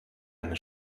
einen